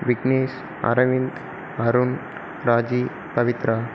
Vignesh Aravind Arun Raji Pavithra